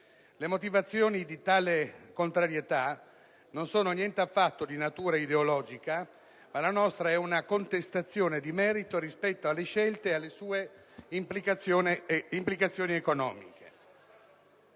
Le motivazioni di tale contrarietà non sono affatto di natura ideologica: la nostra è una contestazione di merito rispetto alle scelte e alle conseguenti implicazioni economiche.